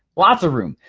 lots of room,